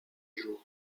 jour